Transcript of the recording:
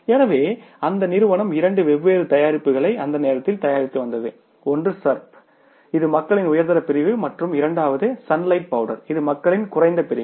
எனவே அந்த நிறுவனம் இரண்டு வெவ்வேறு தயாரிப்புகளை அந்த நேரத்தில் தயாரித்து வந்தது ஒன்று சர்ப் இது மக்களின் உயர்தர பிரிவு மற்றும் இரண்டாவது சன்லைட் பவுடர் இது மக்களின் குறைந்த பிரிவு